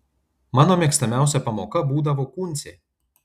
mano mėgstamiausia pamoka būdavo kūncė